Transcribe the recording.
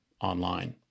online